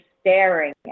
staring